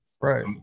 Right